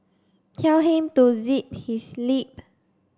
tell him to zip his lip